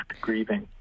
grieving